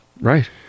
Right